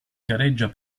gareggia